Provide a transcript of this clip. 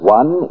one